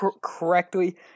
correctly